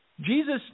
Jesus